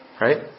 right